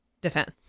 defense